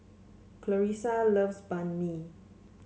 Clarisa loves Banh Mi